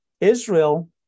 Israel